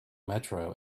metro